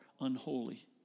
unholy